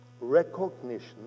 Recognition